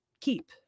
Keep